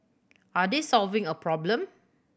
are they solving a problem